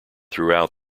throughout